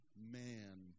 man